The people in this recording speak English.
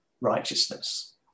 righteousness